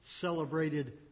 celebrated